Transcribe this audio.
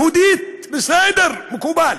יהודית, בסדר, מקובל.